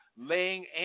laying